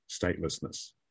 statelessness